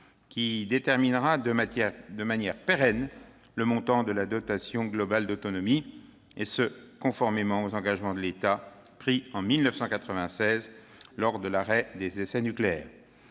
qui déterminera de manière pérenne le montant de la dotation globale d'autonomie, conformément aux engagements de l'État pris en 1996 lors de l'arrêt des essais nucléaires.